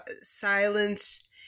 silence